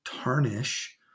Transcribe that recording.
tarnish